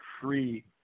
free